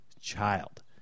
child